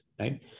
right